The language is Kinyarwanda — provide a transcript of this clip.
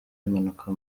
impanuka